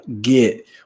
get